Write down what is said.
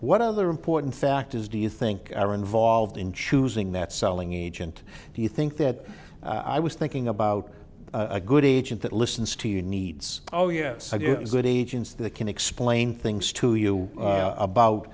what other important factors do you think are involved in choosing that selling agent do you think that i was thinking about a good agent that listens to you needs oh yes i do good agents that can explain things to you about